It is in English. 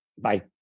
Bye